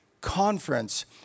conference